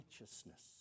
righteousness